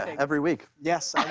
every week. yes.